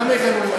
למה הגענו,